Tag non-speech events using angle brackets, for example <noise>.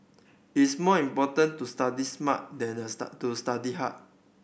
it's more important to study smart than the <unintelligible> to study hard